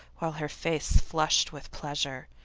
while her face flushed with pleasure.